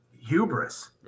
hubris